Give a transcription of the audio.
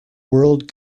world